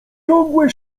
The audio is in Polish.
ciągłe